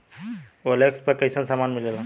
OLX पर कइसन सामान मीलेला?